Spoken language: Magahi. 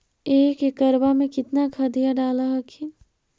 एक एकड़बा मे कितना खदिया डाल हखिन?